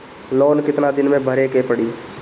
Loan कितना दिन मे भरे के पड़ी?